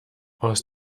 aus